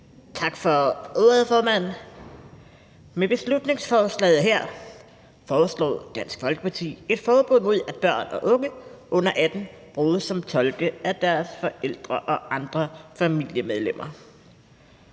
Tak for ordet, formand. Med beslutningsforslaget her foreslår Dansk Folkeparti et forbud mod, at børn og unge under 18 år bruges som tolke af deres forældre og andre familiemedlemmer.